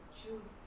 choose